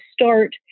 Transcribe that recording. start